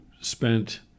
spent